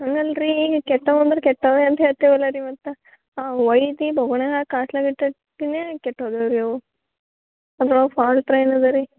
ಹಂಗೆ ಅಲ್ರೀ ನೀವು ಕೆಟ್ಟೋರು ಅಂದರೆ ಕೆಟ್ಟವರೆ ಅಂತ ಹೇಳ್ತೀವಲ್ಲ ರೀ ಮತ್ತು ಬಾವಾಣಿ ಒಳಗೆ ಕಾಯಿಸ್ಲಿಕ್ಕೆ ಇಟ್ಟಿರ್ತೀನಿ ಕೆಟ್ಟೋದು ರೀ ಅವು ಅದ್ರೊಳ್ಗೆ ಫಾಲ್ಟ್ ಏನು ಅದ ರೀ